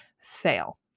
fail